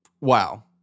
wow